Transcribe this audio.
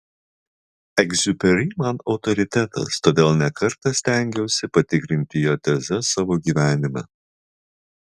egziuperi man autoritetas todėl ne kartą stengiausi patikrinti jo tezes savo gyvenime